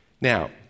Now